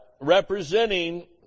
representing